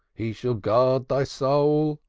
he shall guard thy soul.